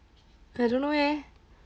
I don't know leh